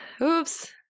Oops